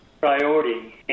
priority